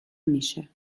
میشه